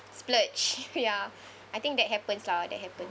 splurge ya I think that happens lah that happens